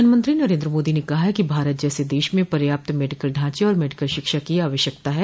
प्रधानमंत्री नरेन्द्र मोदी ने कहा है कि भारत जैसे देश में पर्याप्त मेडिकल ढांचे और मेडिकल शिक्षा की आवश्यकता है